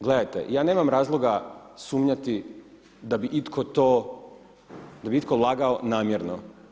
Gledajte, ja nemam razloga sumnjati da bi itko lagao namjerno.